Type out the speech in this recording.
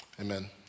Amen